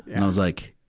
and i was like,